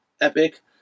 epic